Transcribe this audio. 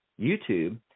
YouTube